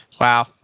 Wow